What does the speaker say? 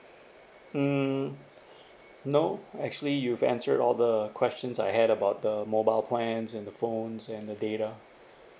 mm no actually you've answer all the questions I had about the mobile plans and the phones and the data